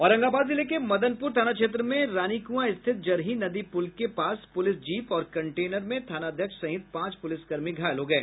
औरंगाबाद जिले के मदनपुर थाना क्षेत्र में रानीकुंआ स्थित जरही नदी पुल के पास पुलिस जीप और कंटेनर की टक्कर में थानाध्यक्ष सहित पांच पुलिसकर्मी घायल हो गये